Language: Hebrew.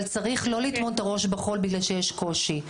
אבל צריך שלא לטמון את הראש בחול בגלל שיש קושי,